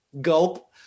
gulp